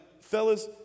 fellas